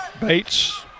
Bates